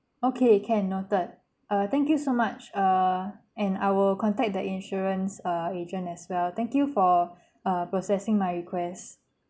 okay can noted err thank you so much err and I will contact the insurance err agent as well thank you for err processing my request